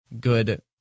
good